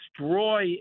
destroy